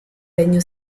legno